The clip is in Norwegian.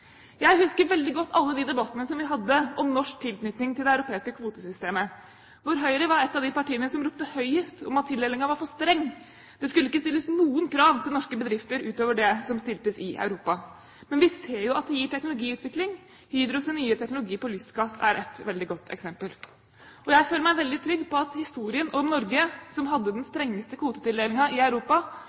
Jeg husker veldig godt alle debattene vi hadde om norsk tilknytning til det europeiske kvotesystemet, hvor Høyre var et av partiene som ropte høyest om at tildelingen var for streng – det skulle ikke stilles noen krav til norske bedrifter utover det som stiltes i Europa. Men vi ser jo at det gir teknologiutvikling. Hydros nye teknologi på lystgass er et veldig godt eksempel. Så jeg føler meg veldig trygg på at historien om Norge som hadde den strengeste kvotetildelingen i Europa,